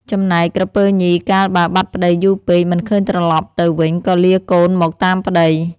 ចំណែកក្រពើញី កាលបើបាត់ប្ដីយូរពេក មិនឃើញត្រឡប់ទៅវិញ ក៏លាកូនមកតាមប្ដី ។